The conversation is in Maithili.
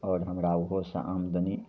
आओर हमरा ओहोसे आमदनी